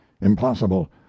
Impossible